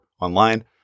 online